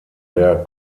der